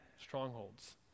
strongholds